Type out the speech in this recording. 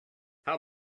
how